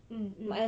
mm mm